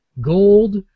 gold